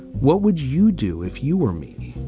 what would you do if you were me?